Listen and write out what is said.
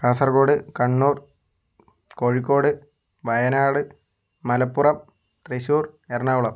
Kasaragod Kannur Kozhikode Wayanad Malappuram Thrissur Ernakulam